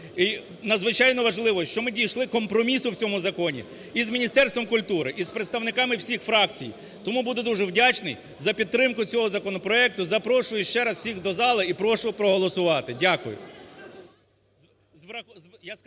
І надзвичайно важливо, що ми дійшли компромісу в цьому законі і з Міністерством культури, і з представниками всіх фракцій. Тому буду дуже вдячний за підтримку цього законопроекту і запрошую ще раз всіх до залу і прошу проголосувати. Дякую.